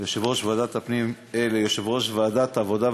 ליושב-ראש ועדת הפנים ליושב-ראש ועדת העבודה,